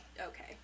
Okay